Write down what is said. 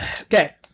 Okay